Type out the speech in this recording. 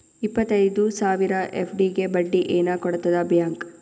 ಇಪ್ಪತ್ತೈದು ಸಾವಿರ ಎಫ್.ಡಿ ಗೆ ಬಡ್ಡಿ ಏನ ಕೊಡತದ ಬ್ಯಾಂಕ್?